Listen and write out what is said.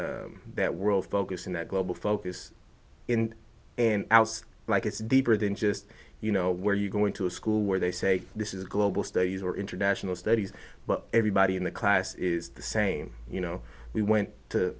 that world focus and that global focus and like it's deeper than just you know where you go into a school where they say this is global studies or international studies but everybody in the class is the same you know we went to